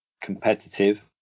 competitive